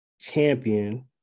champion